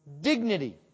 dignity